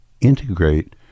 integrate